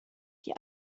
die